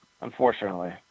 unfortunately